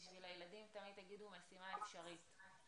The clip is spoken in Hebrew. בשביל הילדים תמיד תגידו משימה אפשרית.